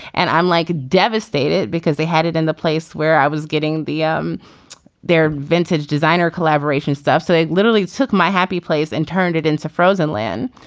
and i'm like devastated because they had it in the place where i was getting the um their vintage designer collaboration stuff so they literally took my happy place and turned it into frozen land.